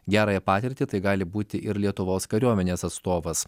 gerąją patirtį tai gali būti ir lietuvos kariuomenės atstovas